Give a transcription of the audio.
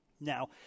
Now